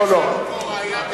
יש לנו פה ראיה בכתב.